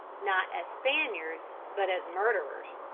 not as spaniards, but as murderers.